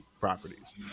properties